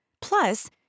Plus